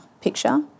picture